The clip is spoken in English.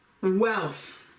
wealth